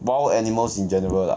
wild animals in general lah